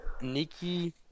Nikki